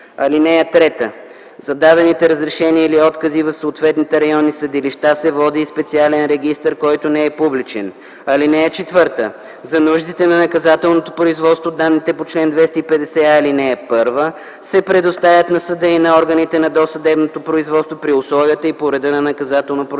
(3) За дадените разрешения или откази в съответните районни съдилища се води специален регистър, който не е публичен. (4) За нуждите на наказателното производство данните по чл. 250а, ал. 1 се предоставят на съда и на органите на досъдебното производство при условията и по реда на Наказателно-процесуалния